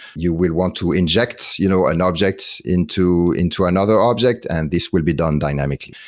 you will want to inject you know an object into into another object and this will be done dynamically.